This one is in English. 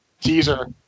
teaser